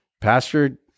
Pastor